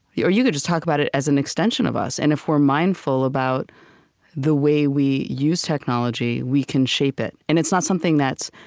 or you could just talk about it as an extension of us. and if we're mindful about the way we use technology, we can shape it. and it's not something that's